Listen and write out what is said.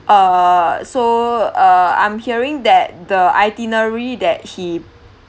err so uh I'm hearing that the itinerary that he